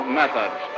methods